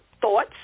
thoughts